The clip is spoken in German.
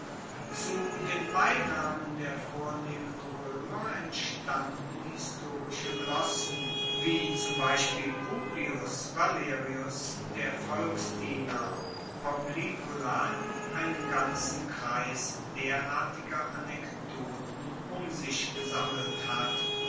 zu den beinamen der vornehmen roemer entstanden historische glossen wie zum beispiel publius valerius der volksdiener poplicola einen ganzen kreis derartiger anekdoten um sich gesammelt hat